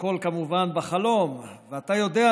והכול כמובן בחלום: "ואתה יודע,